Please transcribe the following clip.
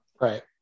Right